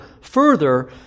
further